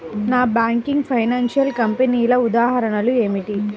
Non banking financial కంపెనీల ఉదాహరణలు ఏమిటి?